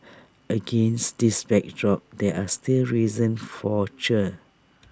against this backdrop there are still reasons for cheer